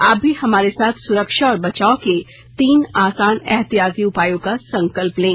आप भी हमारे साथ सुरक्षा और बचाव के तीन आसान एहतियाती उपायों का संकल्प लें